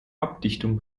abdichtung